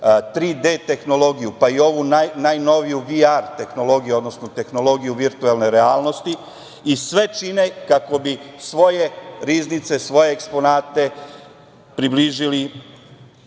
de tehnologiju, pa i ovu najnoviju, vi art tehnologiju, odnosno tehnologiju virtuelne realnosti i sve čine kako bi svoje riznice, svoje eksponate približili